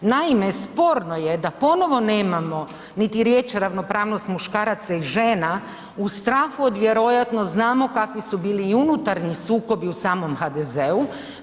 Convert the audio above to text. Naime, sporno je da ponovo nemamo niti riječ ravnopravnost muškaraca i žena u strahu od vjerojatno znamo kakvi su bili i unutarnji sukobi u samom HDZ-u.